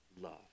love